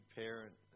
parent